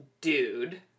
dude